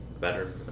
better